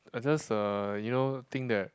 I just uh you know think that